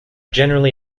generally